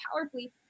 powerfully